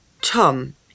Tom